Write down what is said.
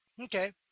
okay